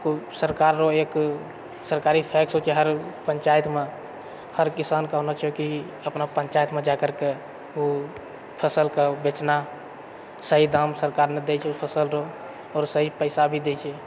सरकार रऽ एक सरकारी फैक्स होइत छै हर पञ्चायतमे हर किसानके होना चाहिए की अपना पञ्चायतमे जा करके ओ फसलके बेचना सही दाम सरकार नहि दए छै ओ फसल रऽ आओर सही पैसा भी दए छै